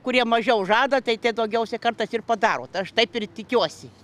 kurie mažiau žada tai daugiausiai kartais ir padarot aš taip ir tikiuosi